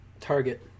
target